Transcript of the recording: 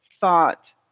thought